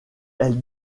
elle